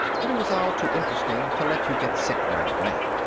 but it was all too interesting to let you get sick right away.